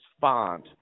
Font